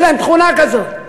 יש להן תכונה כזאת.